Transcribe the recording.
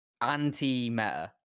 anti-meta